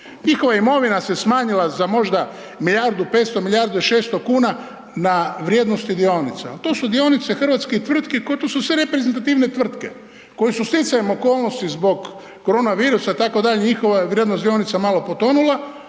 Njihova imovina se smanjila za možda milijardu, 500 milijardi 600 kuna na vrijednosti dionica, ali to su dionice hrvatskih tvrtki koje su sve reprezentativne tvrtke, koje su stjecajem okolnosti zbog koronavirusa, itd., njihova vrijednost dionica malo potonula,